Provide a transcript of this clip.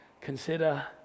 consider